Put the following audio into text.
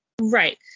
right